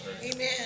Amen